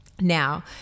now